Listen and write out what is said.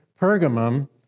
Pergamum